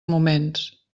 moments